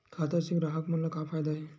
खाता से ग्राहक मन ला का फ़ायदा हे?